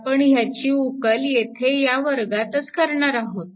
आपण याची उकल येथे या वर्गातच करणार आहोत